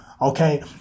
okay